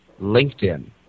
LinkedIn